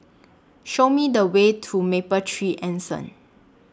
Show Me The Way to Mapletree Anson